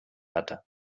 hatte